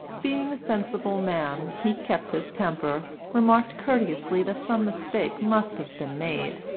being a sensible man, he kept his temper, remarked courteously that some mistake must have been made,